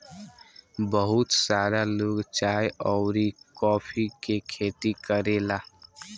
बहुत सारा लोग चाय अउरी कॉफ़ी के खेती करेला